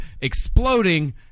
exploding